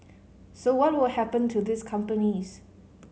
so what will happen to these companies